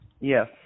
Yes